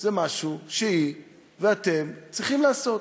זה משהו שהיא ואתם צריכים לעשות